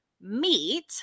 meet